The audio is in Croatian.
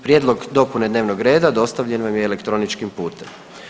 Prijedlog dopune dnevnog reda dostavljen vam je elektroničkim putem.